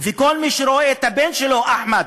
וכל מי שרואה את הבן שלו, אחמד,